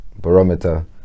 barometer